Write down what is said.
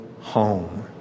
home